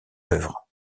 l’œuvre